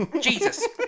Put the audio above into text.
Jesus